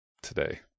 today